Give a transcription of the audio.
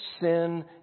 sin